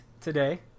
today